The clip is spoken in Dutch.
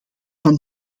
van